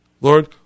Lord